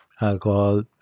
alcohol